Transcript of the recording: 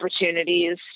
opportunities